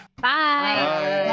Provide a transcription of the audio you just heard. bye